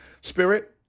spirit